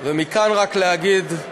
ומכאן רק להגיד: